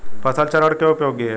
फसल चरण क्यों उपयोगी है?